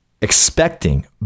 expecting